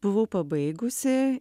buvau pabaigusi